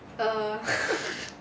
err